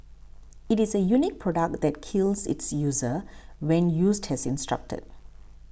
it is a unique product that kills its user when used as instructed